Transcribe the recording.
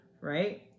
right